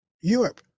europe